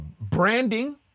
branding